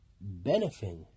benefit